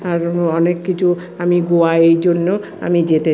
আরও অনেক কিছু আমি গোয়া এই জন্য আমি যেতে